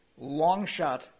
long-shot